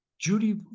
judy